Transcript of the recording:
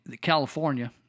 California